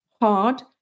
hard